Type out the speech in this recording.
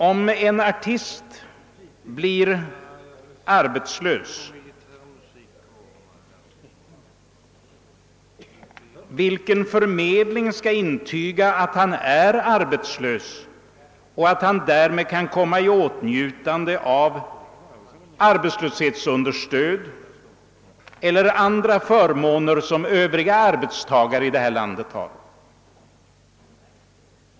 Om en artist blir arbetslös, vilken förmedling skall intyga att han är arbetslös och att han därmed kan komma i åtnjutande av arbetslöshetsunderstöd och andra förmåner som Övriga arbetstagare i vårt land har?